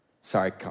Sorry